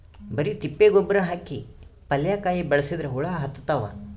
ಬರಿ ತಿಪ್ಪಿ ಗೊಬ್ಬರ ಹಾಕಿ ಪಲ್ಯಾಕಾಯಿ ಬೆಳಸಿದ್ರ ಹುಳ ಹತ್ತತಾವ?